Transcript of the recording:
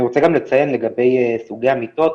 אני רוצה גם לציין לגבי סוגי המיטות,